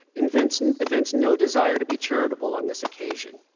evinced and evinced no desire to be charitable on this occasion.